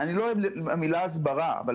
אני לא אוהב את המילה הסברה, אבל